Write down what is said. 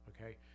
Okay